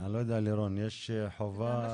אני לא יודע, לירון, ישנה חובה?